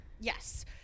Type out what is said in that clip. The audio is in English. Yes